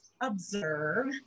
observe